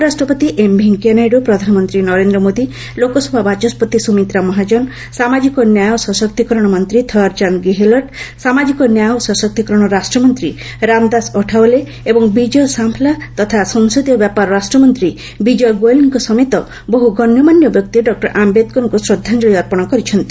ଉପରାଷ୍ଟ୍ରପତି ଏମ୍ ଭେଙ୍କିୟା ନାଇଡୁ ପ୍ରଧାନମନ୍ତ୍ରୀ ନରେନ୍ଦ୍ର ମୋଦି ଲୋକସଭା ବାଚସ୍କତି ସୁମିତ୍ରା ମହାଜନ ସାମାଜିକ ନ୍ୟାୟ ଓ ସଶକ୍ତିକରଣ ମନ୍ତ୍ରୀ ଥାଓ୍ୱାର୍ଚ୍ଚାନ୍ଦ ଗେହଲଟ୍ ସାମାଜିକ ନ୍ୟାୟ ଓ ସଶକ୍ତିକରଣ ରାଷ୍ଟ୍ରମନ୍ତ୍ରୀ ରାମଦାସ୍ ଅଠାଓୁଲେ ଏବଂ ବିଜୟ ସାମ୍ପ୍ଲା ତଥା ସଂସଦୀୟ ବ୍ୟାପାର ରାଷ୍ଟମନ୍ତ୍ରୀ ବିଜୟ ଗୋଏଲ୍ଙ୍କ ସମେତ ବହ୍ର ଗଣ୍ୟମାନ୍ୟ ବ୍ୟକ୍ତି ଡକ୍କର ଆମ୍ଭେଦକରଙ୍କୁ ଶ୍ରଦ୍ଧାଞ୍ଚଳି ଅର୍ପଣ କରିଛନ୍ତି